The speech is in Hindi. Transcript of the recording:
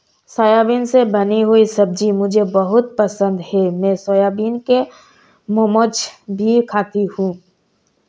सोयाबीन से बनी हुई सब्जी मुझे बहुत पसंद है मैं सोयाबीन के मोमोज भी खाती हूं